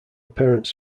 parents